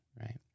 right